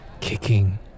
Kicking